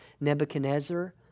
Nebuchadnezzar